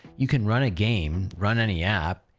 you can run a game, run any app,